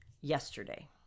yesterday